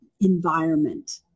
environment